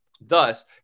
Thus